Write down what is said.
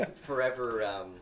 Forever